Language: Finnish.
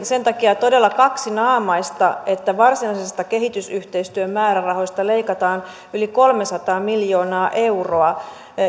sen takia on todella kaksinaamaista että varsinaisista kehitysyhteistyömäärärahoista leikataan yli kolmesataa miljoonaa euroa